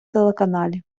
телеканалі